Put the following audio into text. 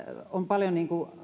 on paljon